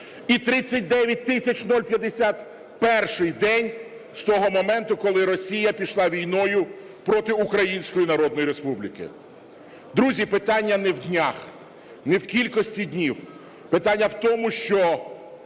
І 39051-й день з того моменту, коли Росія пішла війною проти Української Народної Республіки. Друзі, питання не в днях, не в кількості днів, питання в тому, що